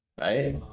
right